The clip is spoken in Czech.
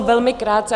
Velmi krátce.